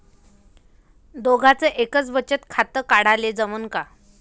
दोघाच एकच बचत खातं काढाले जमनं का?